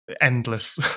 endless